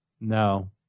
No